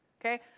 okay